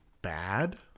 bad